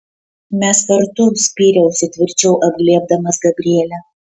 mes kartu spyriausi tvirčiau apglėbdamas gabrielę